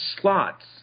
slots